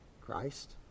Christ